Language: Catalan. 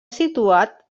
situat